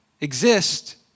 exist